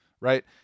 right